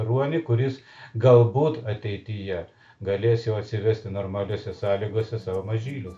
ruonį kuris galbūt ateityje galės jau atsivesti normaliose sąlygose savo mažylius